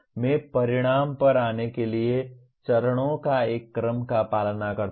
मैं परिणाम पर आने के लिए चरणों का एक क्रम का पालन करता हूं